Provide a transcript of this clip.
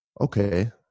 okay